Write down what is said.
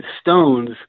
stones